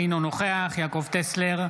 אינו נוכח יעקב טסלר,